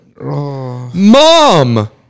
Mom